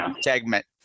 segment